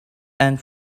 and